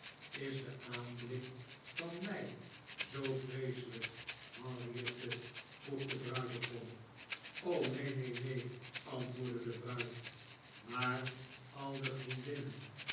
is de aanblik van mij zoo vreeselijk henriette vroeg de bruidegom neen neen neen antwoordde de bruid maar al de vriendinnen